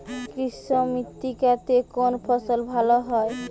কৃষ্ণ মৃত্তিকা তে কোন ফসল ভালো হয়?